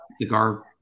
cigar